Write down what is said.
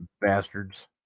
Bastards